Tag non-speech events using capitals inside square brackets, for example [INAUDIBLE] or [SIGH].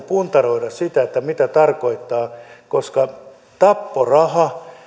[UNINTELLIGIBLE] puntaroida sitä mitä tarkoittaa koska tapporaha